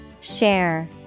Share